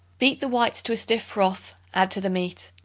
beat the whites to a stiff froth add to the meat.